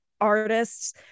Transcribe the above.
artists